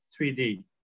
3D